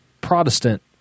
Protestant